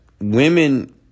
women